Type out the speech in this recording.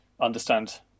understand